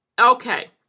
Okay